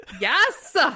Yes